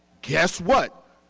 guess what,